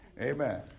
Amen